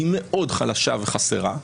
היא מאוד חלשה וחסרה.